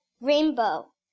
Rainbow